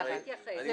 אני